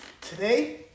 Today